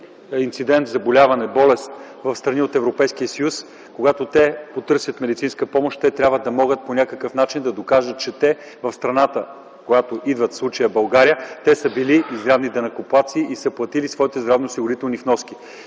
инцидент – заболяване, болест в страните от Европейския съюз, когато потърсят медицинска помощ, трябва да могат по някакъв начин да докажат, че в страната, от която идват – в случая България, са били изрядни данъкоплатци и са платили своите здравноосигурителни вноски.